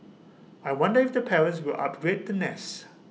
I wonder if the parents will upgrade the nest